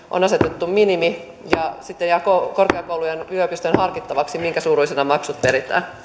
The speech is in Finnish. on asetettu minimi ja sitten jää korkeakoulujen ja yliopistojen harkittavaksi minkä suuruisena maksut peritään